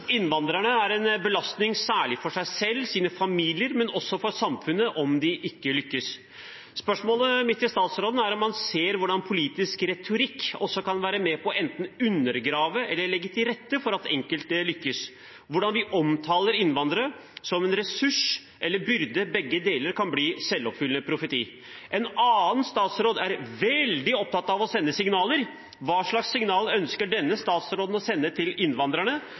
Innvandrerne er en belastning, særlig for seg selv og sine familier, men også for samfunnet, om de ikke lykkes. Spørsmålet mitt til statsråden er om han ser hvordan politisk retorikk også kan være med på enten å undergrave eller å legge til rette for at enkelte lykkes, hvordan vi omtaler innvandrere som en ressurs eller byrde – begge deler kan bli selvoppfyllende profetier. En annen statsråd er veldig opptatt av å sende signaler. Hva slags signaler ønsker denne statsråden å sende til innvandrerne?